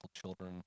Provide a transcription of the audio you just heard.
children